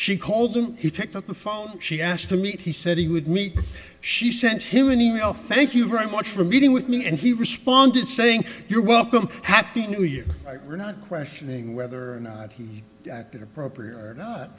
she called him he picked up the fall she asked to meet he said he would meet she sent him an e mail thank you very much for meeting with me and he responded saying you're welcome happy new year we're not questioning whether or not he acted appropriately or not